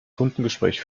kundengespräch